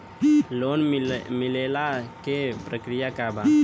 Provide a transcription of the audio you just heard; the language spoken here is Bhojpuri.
लोन मिलेला के प्रक्रिया का बा?